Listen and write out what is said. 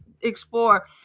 explore